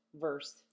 verse